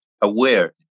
aware